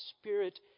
spirit